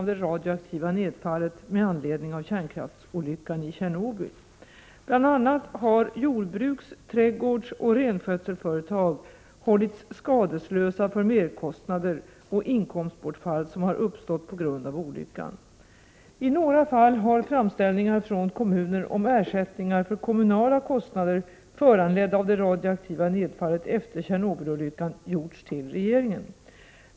Bl.a. har jordbruks-, trädgårdsoch renskötselföretag 17 november 1988 hållits skadeslösa för merkostnader och inkomstbortfall som har uppstått på grund av olyckan. I några fall har framställningar från kommuner om ersättningar för kommunala kostnader föranledda av det radioaktiva nedfallet efter Tjernobylolyckan gjorts till regeringen.